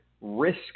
Risk